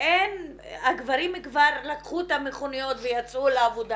והגברים כבר לקחו את המכוניות ויצאו לעבודה